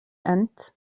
أنت